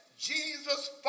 Jesus